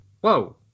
whoa